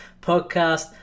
podcast